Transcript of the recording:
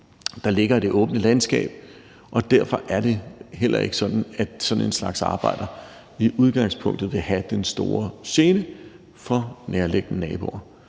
der ligger i det åbne landskab, og derfor er det heller ikke sådan, at sådan en slags arbejder i udgangspunktet vil have den store gene for nærliggende naboer.